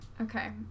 Okay